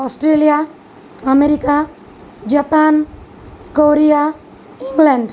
Australia America Japan Korea England